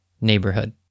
neighborhood